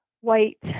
white